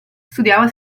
studiava